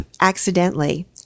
accidentally